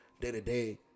day-to-day